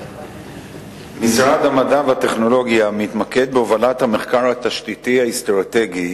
משרד המדע והטכנולוגיה מתמקד בהובלת המחקר התשתיתי האסטרטגי